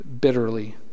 bitterly